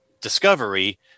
Discovery